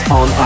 on